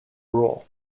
rule